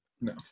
No